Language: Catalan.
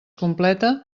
completa